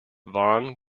vaughn